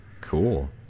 Cool